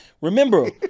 Remember